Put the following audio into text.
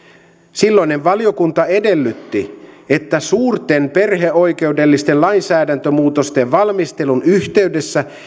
silloinen valiokunta edellytti että suurten perheoikeudellisten lainsäädäntömuutosten valmistelun yhteydessä